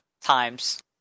times